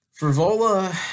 Frivola